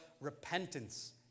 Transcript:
repentance